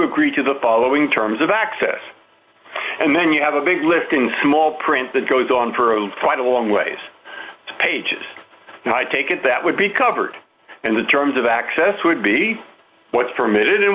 agree to the following terms of access and then you have a big lift in small print that goes on for quite a long ways to pages and i take it that would be covered in the terms of access would be what's permitted